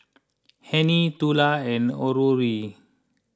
Hennie Tula and Aurore